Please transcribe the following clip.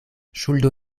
ŝuldo